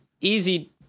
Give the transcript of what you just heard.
easy